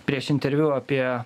prieš interviu apie